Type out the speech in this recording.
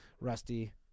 Rusty